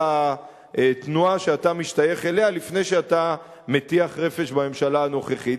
על התנועה שאתה משתייך אליה לפני שאתה מטיח רפש בממשלה הנוכחית.